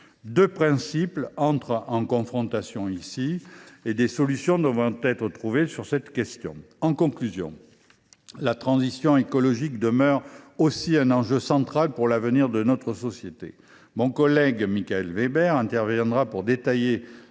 Deux principes entrent ici en confrontation ; des solutions devront donc être trouvées sur cette question. La transition écologique demeure aussi un enjeu central pour l’avenir de notre société. Mon collègue Michael Weber détaillera